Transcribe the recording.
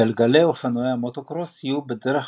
גלגלי אופנועי המוטוקרוס יהיו בדרך